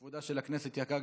חבר הכנסת שחאדה,